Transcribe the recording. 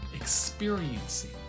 experiencing